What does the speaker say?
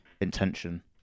intention